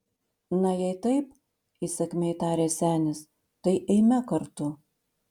na jei taip įsakmiai tarė senis tai eime kartu